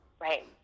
Right